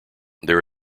there